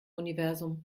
universum